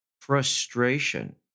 frustration